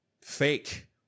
fake